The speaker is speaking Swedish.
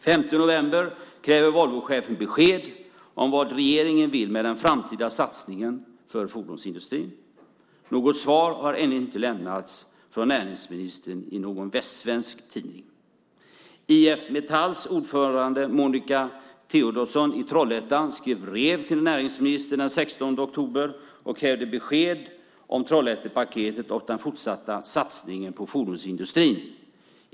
Den 5 november kräver Volvochefen besked om vad regeringen vill med den framtida satsningen på fordonsindustrin. Något svar har ännu inte lämnats av näringsministern i någon västsvensk tidning. IF Metalls ordförande i Trollhättan Monika Theodorsson skrev brev till näringsministern den 16 oktober och krävde besked om Trollhättepaketet och den fortsatta satsningen på fordonsindustrin.